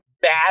bad